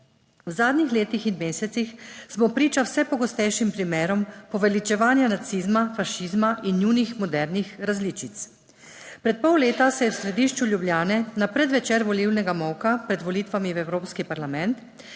V zadnjih letih in mesecih smo priča vse pogostejšim primerom poveličevanja nacizma, fašizma in njunih modernih različic. Pred pol leta se je v središču Ljubljane na predvečer volilnega molka pred volitvami v Evropski parlament